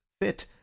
fit